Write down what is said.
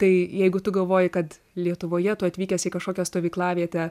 tai jeigu tu galvoji kad lietuvoje tu atvykęs į kažkokią stovyklavietę